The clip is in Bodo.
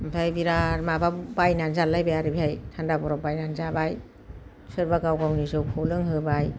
ओमफ्राय बिराद माबा बायनानै जालायलायबाय आरो बिहाय थान्दा बरफ बायनानै जाबाय सोरबा गाव गावनि जौखौ लोंहोबाय